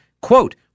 Quote